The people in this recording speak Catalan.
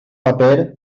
paper